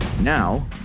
now